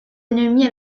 ennemis